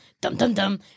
Dum-dum-dum